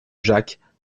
jacques